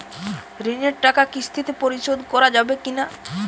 ঋণের টাকা কিস্তিতে পরিশোধ করা যাবে কি না?